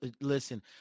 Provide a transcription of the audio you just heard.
listen